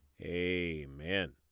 Amen